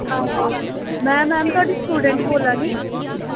आहो मैम में थुआढ़ी स्टुडैंट बोला नी